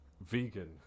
vegan